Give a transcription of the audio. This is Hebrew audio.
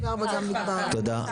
תודה.